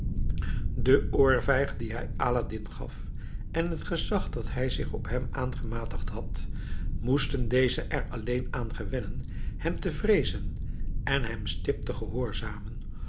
de oorvijg dien hij aladdin gaf en het gezag dat hij zich op hem aangematigd had moesten dezen er alleen aan gewennen hem te vreezen en hem stipt te gehoorzamen